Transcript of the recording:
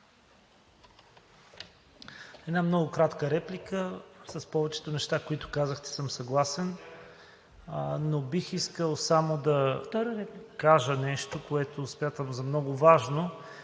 една много кратка реплика. С повечето неща, които казахте съм съгласен, но само бих искал да кажа нещо, което смятам за много важно: